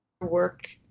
work